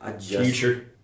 Future